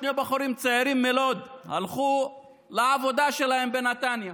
שני בחורים צעירים מלוד הלכו לעבודה שלהם בנתניה.